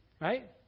Right